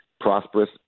prosperous